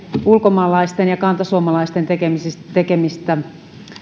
ulkomaalaisten ja kantasuomalaisten tekemistä tekemistä